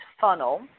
funnel